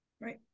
Right